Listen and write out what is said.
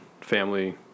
family